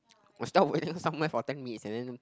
somewhere for ten minutes and then